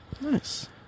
Nice